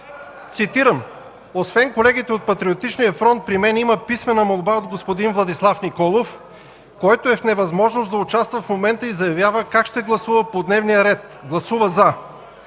Цитирам: „Освен колегите от Патриотичния фронт, при мен има писмена молба от господин Владислав Николов, който е в невъзможност да участва в момента и заявява как ще гласува по дневния ред, гласува „за”.